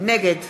נגד